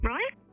Right